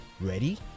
ready